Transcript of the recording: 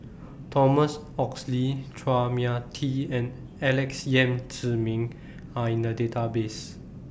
Thomas Oxley Chua Mia Tee and Alex Yam Ziming Are in The Database